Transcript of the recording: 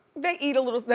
they eat a little,